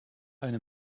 eine